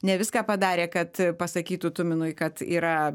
ne viską padarė kad pasakytų tuminui kad yra